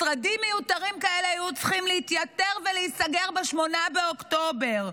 משרדים מיותרים כאלה היו צריכים להתייתר ולהיסגר ב-8 באוקטובר,